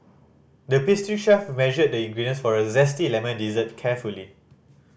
the pastry chef measured the ingredients for a zesty lemon dessert carefully